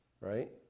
right